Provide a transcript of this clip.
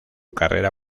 carrera